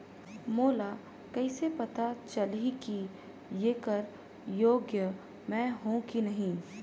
मोला कइसे पता चलही की येकर योग्य मैं हों की नहीं?